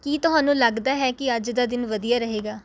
ਕੀ ਤੁਹਾਨੂੰ ਲੱਗਦਾ ਹੈ ਕਿ ਅੱਜ ਦਾ ਦਿਨ ਵਧੀਆ ਰਹੇਗਾ